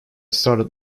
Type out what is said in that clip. started